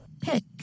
pick